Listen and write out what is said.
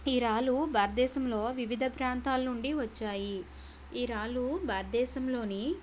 ఈ రాళ్ళు భారతదేశంలో వివిధ ప్రాంతాల నుండి వచ్చాయి ఈ రాళ్ళు భారతదేశంలోని